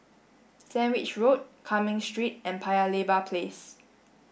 Sandwich Road Cumming Street and Paya Lebar Place